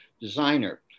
designer